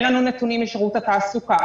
אין לנו נתונים משירות התעסוקה,